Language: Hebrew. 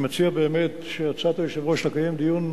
אני מציע באמת שהצעת היושב-ראש לקיים דיון,